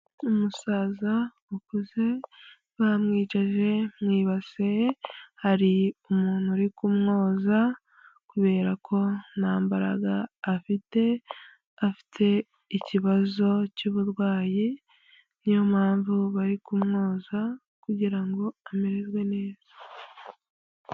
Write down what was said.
Umusaza ukuze bamwicaje mu ibasi hari umuntu uri kumwoza kubera ko nta mbaraga afite, afite ikibazo cy'uburwayi niyo mpamvu bari kumwoza kugira ngo amererwe neza.